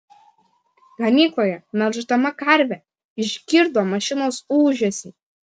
ganykloje melždama karvę išgirdo mašinos ūžesį